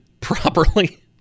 properly